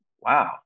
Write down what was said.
wow